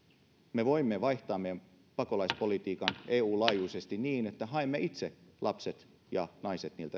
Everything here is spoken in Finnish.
me voimme vaihtaa meidän pakolaispolitiikkamme eun laajuisesti niin että haemme itse lapset ja naiset niiltä